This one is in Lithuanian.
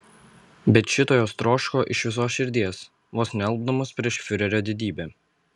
bet šito jos troško iš visos širdies vos nealpdamos prieš fiurerio didybę